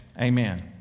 Amen